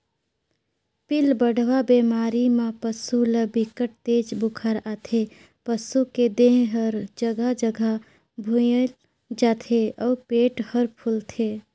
पिलबढ़वा बेमारी म पसू ल बिकट तेज बुखार आथे, पसू के देह हर जघा जघा फुईल जाथे अउ पेट हर फूलथे